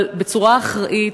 אבל בצורה אחראית,